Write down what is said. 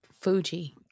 fuji